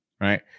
right